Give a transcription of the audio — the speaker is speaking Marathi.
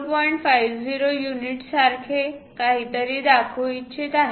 50 युनिट्ससारखे काहीतरी दाखवू इच्छित आहे